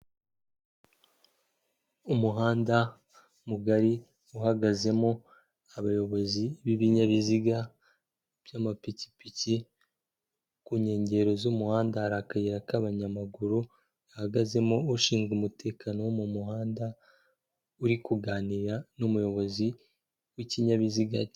Umuhanda mugari uhagazemo abayobozi b'ibinyabiziga by'amapikipiki, ku nkengero z'umuhanda hari akayira k'abanyamaguru bahagazemo, ushinzwe umutekano wo mu muhanda uri kuganira n'umuyobozi w'ikinyabiziga.